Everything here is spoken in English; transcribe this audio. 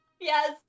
Yes